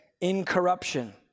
incorruption